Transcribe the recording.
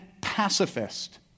pacifist